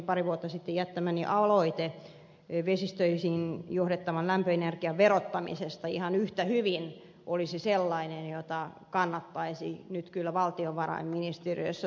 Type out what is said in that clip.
pari vuotta sitten jättämäni aloite vesistöihin johdettavan lämpöenergian verottamisesta olisi ihan yhtä hyvin sellainen jota kannattaisi nyt kyllä valtiovarainministeriössä tutkia